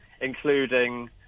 including